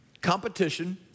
Competition